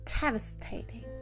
devastating